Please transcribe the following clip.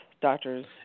doctors